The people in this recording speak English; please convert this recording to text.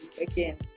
again